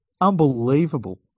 unbelievable